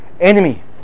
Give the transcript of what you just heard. enemy